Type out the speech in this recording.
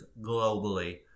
globally